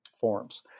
forms